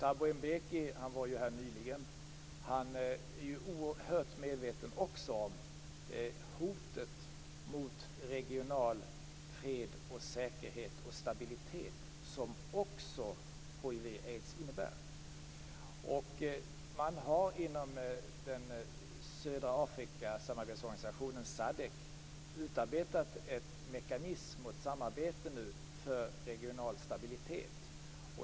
Thabo Mbeki, som var här nyligen, är oerhört medveten också om hotet mot regional fred, säkerhet och stabilitet som hiv/aids innebär. Man har inom södra Afrikas samarbetsorganisation, SADC, utarbetat en mekanism och ett samarbete för regional stabilitet.